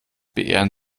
beehren